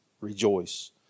Rejoice